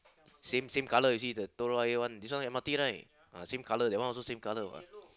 same same colour you see the Telok-Ayer one this one M_R_T right ah same colour that one also same colour what